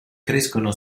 crescono